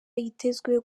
yitezwe